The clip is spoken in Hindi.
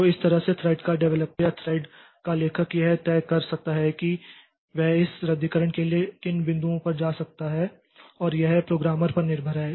तो इस तरह से थ्रेड का डेवलपर या थ्रेड का लेखक यह तय कर सकता है कि वह इस रद्दीकरण के लिए किन बिंदुओं पर जा सकता है और यह प्रोग्रामर पर निर्भर है